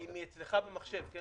קודם כול, היא מאצלך במחשב, כן.